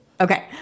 okay